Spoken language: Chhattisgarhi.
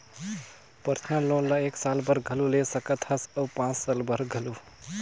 परसनल लोन ल एक साल बर घलो ले सकत हस अउ पाँच साल बर घलो